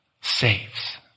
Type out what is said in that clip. saves